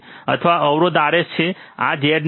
આ ટર્મિનલ અને આ ટર્મિનલ અથવા આ ટર્મિનલ અને ગ્રાઉન્ડ